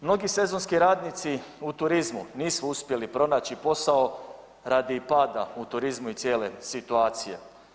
Mnogi sezonski radnici u turizmu nisu uspjeli pronaći posao radi pada u turizmu i cijele situacije.